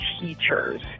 teachers